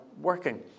working